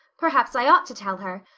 perhaps i ought to tell her.